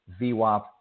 VWAP